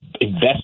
invest